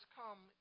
come